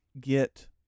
get